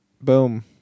Boom